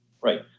right